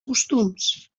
costums